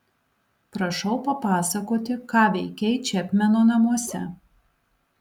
prašau papasakoti ką veikei čepmeno namuose